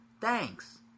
Thanks